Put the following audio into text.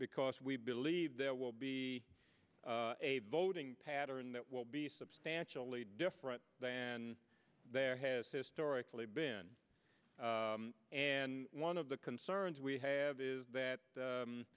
because we believe there will be a voting pattern that will be substantially different than there has historically been and one of the concerns we have is that